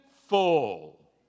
full